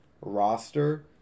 roster